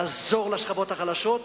לעזור לשכבות החלשות.